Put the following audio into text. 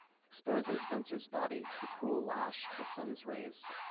exposing spencer's body to the cruel lash the sun's rays.